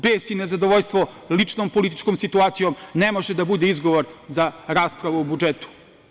Bes i nezadovoljstvo ličnom političkom situacijom ne može da bude izgovor za raspravu o budžetu.